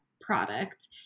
product